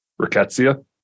Rickettsia